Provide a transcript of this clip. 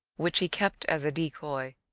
which he kept as a decoy,